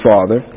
Father